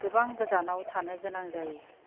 गोबां गोजानाव थानो गोनां जायो